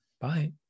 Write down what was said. Bye